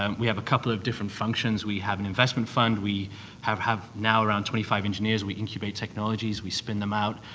um we have a couple of different functions. we have an investment fund. we have have now around twenty five engineers. we incubate technologies, we spin them out,